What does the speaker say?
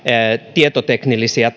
tietoteknillisiä